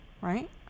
right